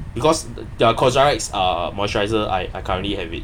because their Cosrx uh moisturiser I I currently have it